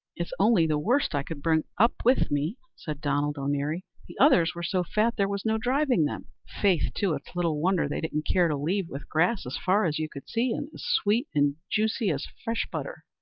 it's only the worst i could bring up with me, said donald o'neary the others were so fat, there was no driving them. faith, too, it's little wonder they didn't care to leave, with grass as far as you could see, and as sweet and juicy as fresh butter.